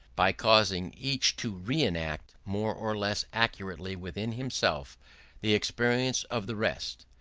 by causing each to re-enact more or less accurately within himself the experience of the rest.